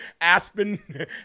Aspen